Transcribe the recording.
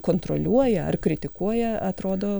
kontroliuoja ar kritikuoja atrodo